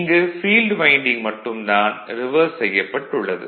இங்கு field winding மட்டும் தான் ரிவர்ஸ் செய்யப்பட்டுள்ளது